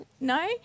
No